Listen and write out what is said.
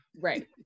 Right